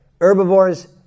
herbivores